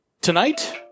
Tonight